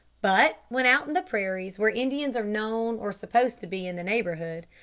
but when out in the prairies where indians are known or supposed to be in the neighbourhood,